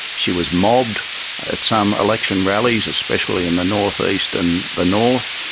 she was mobbed at some election rallies, especially in the north-east and the north,